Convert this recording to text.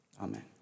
Amen